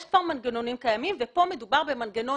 יש כאן מנגנונים קיימים וכאן מדובר במנגנון